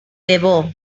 debò